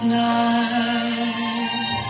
night